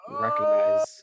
recognize